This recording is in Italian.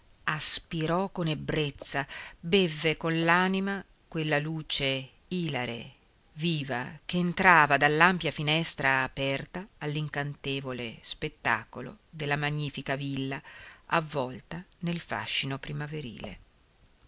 aspirò con ebbrezza bevve con l'anima quella luce ilare viva che entrava dall'ampia finestra aperta all'incantevole spettacolo della magnifica villa avvolta nel fascino primaverile